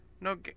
no